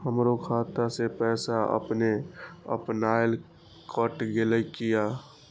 हमरो खाता से पैसा अपने अपनायल केट गेल किया?